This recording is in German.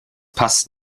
passt